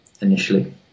initially